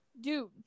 Dude